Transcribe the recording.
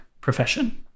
profession